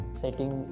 setting